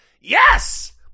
Yes